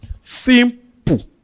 Simple